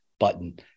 button